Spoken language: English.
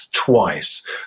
twice